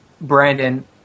Brandon